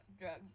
drugs